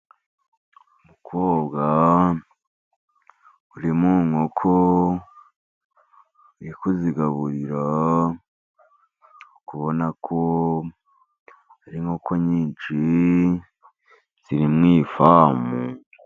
Umukobwa uri mu nkoko uri kuzigaburira, uri kubona ko hari inkoko nyinshi ziri mu ifamu.